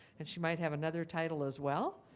and she might have another title as well.